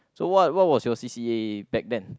so what what was your C_c_A back then